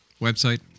Website